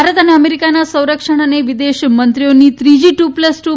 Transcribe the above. ભારત અને અમેરિકાના સંરક્ષણ અને વિદેશમંત્રીઓની ત્રીજી ટ્ર પ્લસ ટુ